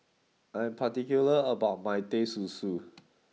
I am particular about my Teh Susu